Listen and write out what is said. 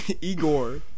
Igor